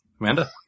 Amanda